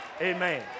Amen